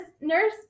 nurse